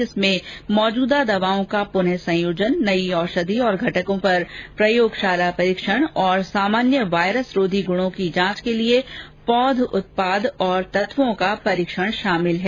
जिसमें मौजूदा दवाओं का पूनःसंयोजन नईे औषधि और घटकों पर प्रयोगशाला परीक्षण और सामान्य वायरस रोधी गुणों की जांच के लिए पौध उत्पाद और तत्वों का परीक्षण शामिल है